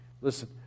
listen